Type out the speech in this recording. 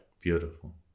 beautiful